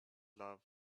love